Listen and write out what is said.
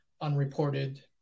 unreported